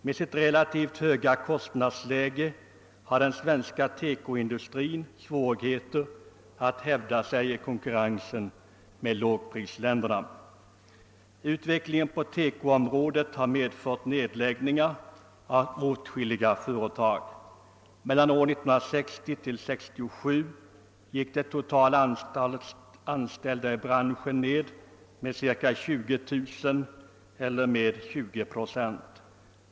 Med sitt relativt höga kostnadsläge har den svenska TEKO-industrin svårt att hävda sig i konkurrensen med lIågprisländerna. Utvecklingen på TEKO-området har medfört nedläggningar av åtskilliga företag. Mellan åren 1960 och 1967 gick det totala antalet anställda i branschen ned med ca 20 000 eller med 20 procent.